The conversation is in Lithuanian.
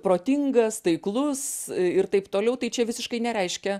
protingas taiklus ir taip toliau tai čia visiškai nereiškia